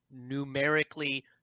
numerically